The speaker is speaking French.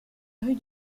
rue